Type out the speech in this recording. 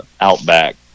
Outback